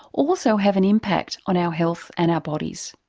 also have an impact on our health and our bodies.